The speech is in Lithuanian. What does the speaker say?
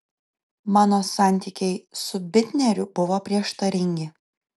mano santykiai su bitneriu buvo prieštaringi